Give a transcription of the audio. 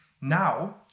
Now